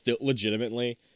legitimately